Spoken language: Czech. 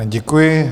Děkuji.